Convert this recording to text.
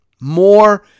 more